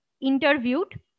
interviewed